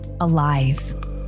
alive